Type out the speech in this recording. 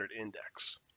index